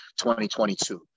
2022